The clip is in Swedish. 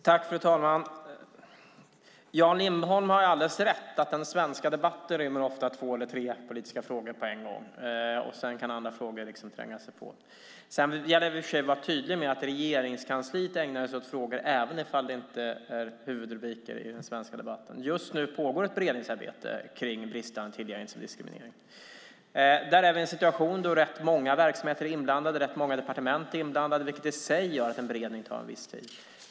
Fru talman! Jan Lindholm har alldeles rätt i att den svenska debatten ofta rymmer två eller tre politiska frågor på en gång. Sedan kan andra frågor tränga sig på. Det gäller i och för sig att vara tydlig med att Regeringskansliet ägnar sig åt frågor även om det inte är huvudrubriker i debatten. Just nu pågår ett beredningsarbete om bristande tillgänglighet som grund för diskriminering. Där är vi i en situation där rätt många verksamheter och departement är inblandade vilket i sig gör att en beredning tar en viss tid.